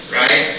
right